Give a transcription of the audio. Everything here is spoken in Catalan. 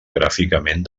gràficament